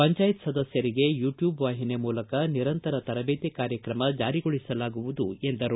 ಪಂಚಾಯತ್ ಸದಸ್ಕರಿಗೆ ಯೂಟ್ಯೂಬ್ ವಾಹಿನಿ ಮೂಲಕ ನಿರಂತರ ತರಬೇತಿ ಕಾರ್ಯತ್ರಮ ಜಾರಿಗೊಳಿಸಲಾಗುವುದು ಎಂದರು